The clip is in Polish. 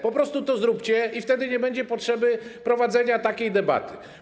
Po prostu to zróbcie i wtedy nie będzie potrzeby prowadzenia takiej debaty.